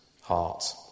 heart